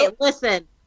listen